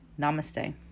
Namaste